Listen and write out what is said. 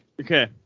Okay